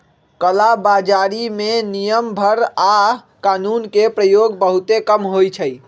कला बजारी में नियम सभ आऽ कानून के प्रयोग बहुते कम होइ छइ